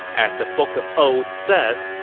as the book of odes says,